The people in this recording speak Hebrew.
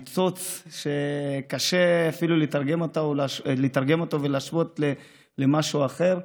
ניצוץ שאפילו קשה לתרגם ולהשוות למשהו אחר,